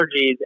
allergies